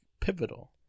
pivotal